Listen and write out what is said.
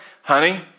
honey